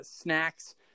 snacks